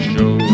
Show